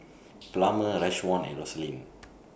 Plummer Rashawn and Rosalind